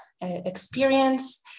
experience